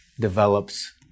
develops